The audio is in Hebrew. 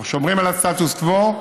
אנחנו שומרים על הסטטוס קוו,